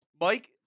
Mike